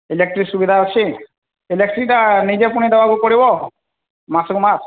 electric ସୁବିଧା ଅଛି ଇଲେକ୍ଟ୍ରିଟା ନିଜେ ପୁଣି ଦେବାକୁ ପଡ଼ିବ ମାସକୁ ମାସ